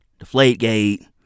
Deflategate